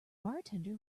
bartender